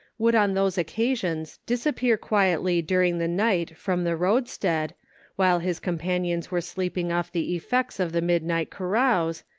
would on those occasions disappear quietly during the night from the roadstead while his companions were sleeping off the effects of the midnight carouse,